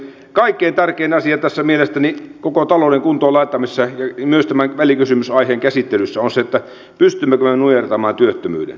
kaikkein tärkein asia tässä koko talouden kuntoon laittamisessa ja myös tämän välikysymysaiheen käsittelyssä on mielestäni se pystymmekö me nujertamaan työttömyyden